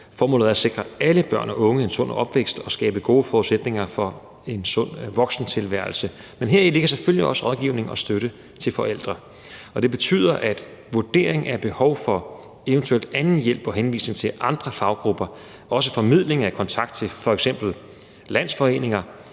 Formålet er at sikre alle børn og unge en sund opvækst og at skabe gode forudsætninger for en sund voksentilværelsen, men heri ligger selvfølgelig også rådgivning og støtte til forældre. Og det betyder, at vurderingen af behov for eventuel anden hjælp og henvisning til andre faggrupper, også formidlingen af kontakt til f.eks. landsforeninger,